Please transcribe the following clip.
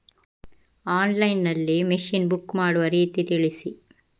Online ನಲ್ಲಿ machine book ಮಾಡುವ ರೀತಿ ತಿಳಿಸಿ?